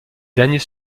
derniers